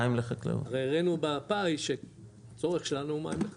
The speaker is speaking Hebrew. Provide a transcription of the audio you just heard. הרי הראנו בפאי שהצורך שלנו הוא מים לחקלאות.